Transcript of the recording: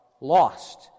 lost